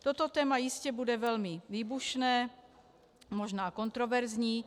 Toto téma jistě bude velmi výbušné, možná kontroverzní.